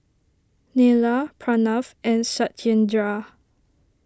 Neila Pranav and Satyendra